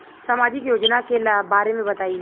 सामाजिक योजना के बारे में बताईं?